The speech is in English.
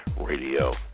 radio